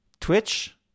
Twitch